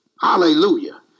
hallelujah